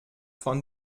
von